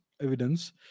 evidence